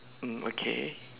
mm okay